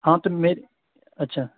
ہاں تو مل اچھا